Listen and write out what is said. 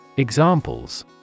Examples